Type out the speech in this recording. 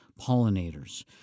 pollinators